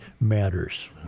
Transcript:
matters